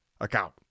account